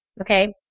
okay